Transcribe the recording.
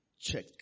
Check